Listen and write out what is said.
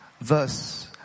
verse